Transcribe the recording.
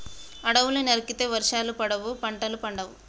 అడవుల్ని నరికితే వర్షాలు పడవు, పంటలు పండవు